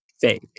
fake